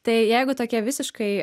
tai jeigu tokie visiškai